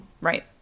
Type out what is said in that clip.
Right